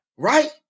right